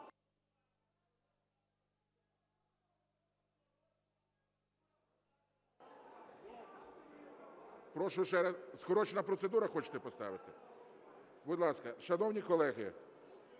Прошу… Скорочена процедура, хочете поставити? Будь ласка. Шановні колеги,